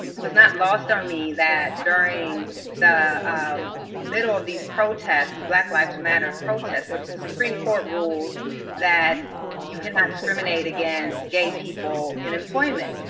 it was not lost on me that during the middle of these protests, these black lives matter protests, the supreme court rules that you cannot discriminate against gay people in employment.